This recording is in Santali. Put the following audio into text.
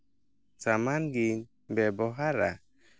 ᱥᱟᱢᱟᱱ ᱜᱮᱧ ᱵᱮᱵᱚᱦᱟᱨᱟ